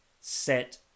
set